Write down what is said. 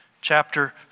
Chapter